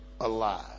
alive